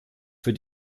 für